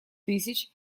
тысяч